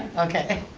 okay.